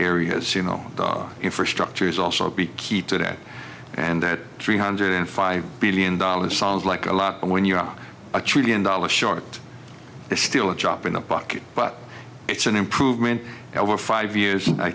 areas you know infrastructure is also be key to that and that three hundred five billion dollars sounds like a lot but when you're a trillion dollars short it's still a drop in a bucket but it's an improvement over five years i